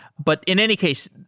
but in any case,